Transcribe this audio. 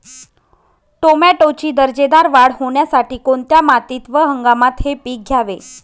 टोमॅटोची दर्जेदार वाढ होण्यासाठी कोणत्या मातीत व हंगामात हे पीक घ्यावे?